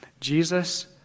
Jesus